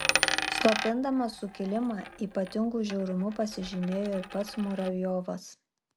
slopindamas sukilimą ypatingu žiaurumu pasižymėjo ir pats muravjovas